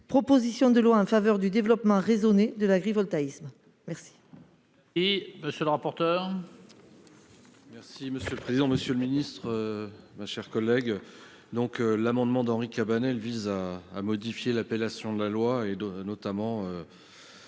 proposition de loi en faveur du développement de l'agrivoltaïsme, Mme